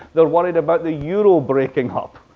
they're worried about the euro breaking up.